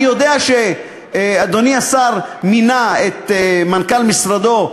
אני יודע שאדוני השר מינה את מנכ"ל משרדו,